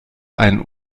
einen